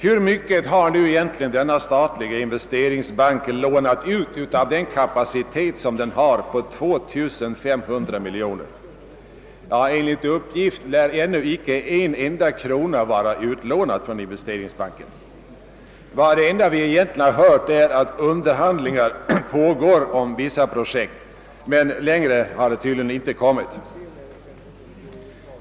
Hur mycket har egentligen denna statliga investeringsbank lånat ut av den kapacitet som den har på 2500 miljoner kronor? Enligt uppgift lär ännu icke en enda krona vara utlånad. Det enda vi egentligen hittills hört är att underhandlingar pågår om vissa projekt, men längre har det tydligen inte kommit.